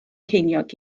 ceiniog